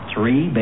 Three